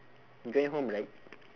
you going home right